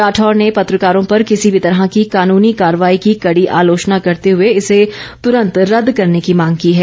राठौर ने पत्रकारों पर किसी भी तरह की कानूनी कार्रवाई की कड़ी आलोचना करते हुए इसे तुरंत रद्द करने की मांग की है